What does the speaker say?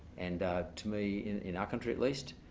and to me, in our country at least,